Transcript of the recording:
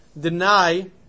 deny